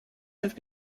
have